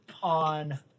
on